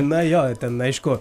na jo ten aišku